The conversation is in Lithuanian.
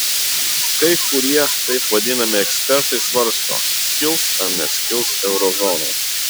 kai kurie taip vadinami ekspertai svarsto skils ar neskils eurozona